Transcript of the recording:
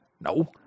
No